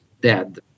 dead